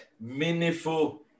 meaningful